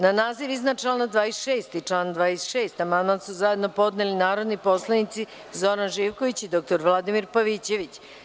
Na naziv iznadčlana 26. i član 26. amandman su zajedno podneli narodni poslanici Zoran Živković i dr Vladimir Pavićević.